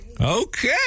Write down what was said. Okay